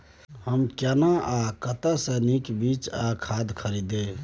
हम केना आ कतय स नीक बीज आ खाद खरीदे?